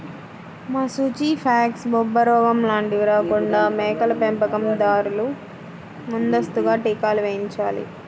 మశూచి, ఫాక్స్, బొబ్బరోగం లాంటివి రాకుండా మేకల పెంపకం దారులు ముందస్తుగా టీకాలు వేయించాలి